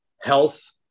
health